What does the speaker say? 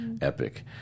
epic